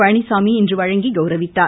பழனிச்சாமி இன்று வழங்கி கவுரவித்தார்